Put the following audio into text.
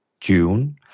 June